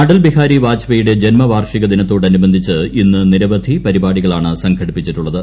അടൽ ബിഹാരി വാജ്പേയിയുടെ ജന്മവാർഷികദിനത്തോടനുബന്ധിച്ച് ഇന്ന് നിരവധി പരിപാടികളാണ് സംഘടിപ്പിച്ചിട്ടുള്ളത്